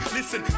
Listen